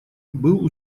был